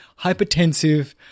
hypertensive